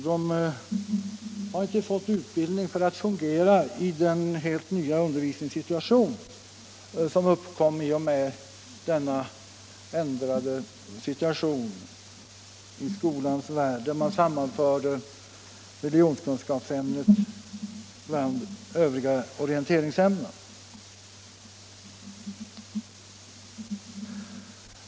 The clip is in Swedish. De har inte fått utbildning för att fungera i den helt nya undervisningssituation som uppkom i skolans värld när man införde religionskunskapsämnet bland övriga orienteringsämnen.